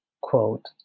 quote